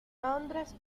londres